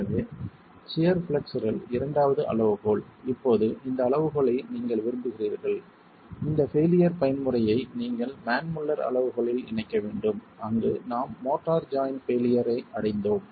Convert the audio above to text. எனவே shear flexural இரண்டாவது அளவுகோல் இப்போது இந்த அளவுகோலை நீங்கள் விரும்புகிறீர்கள் இந்த பெய்லியர் பயன்முறையை நீங்கள் மான் முல்லர் அளவுகோலில் இணைக்க வேண்டும் அங்கு நாம் மோர்ட்டார் ஜாய்ண்ட் பெய்லியர் அடைந்தோம்